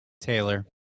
Taylor